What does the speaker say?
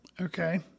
Okay